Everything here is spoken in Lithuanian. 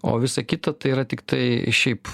o visa kita tai yra tiktai šiaip